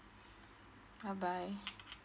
bye bye